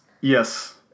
yes